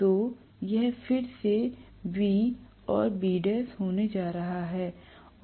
तो यह फिर से B और Bl होने जा रहा हैl